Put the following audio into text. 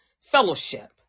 fellowship